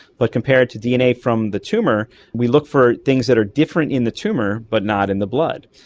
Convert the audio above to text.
but compared to dna from the tumour we looked for things that are different in the tumour but not in the blood.